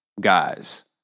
Guys